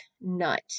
nut